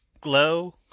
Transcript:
Glow